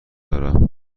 دارم